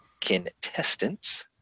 contestants